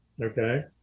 okay